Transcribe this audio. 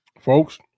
folks